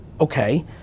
okay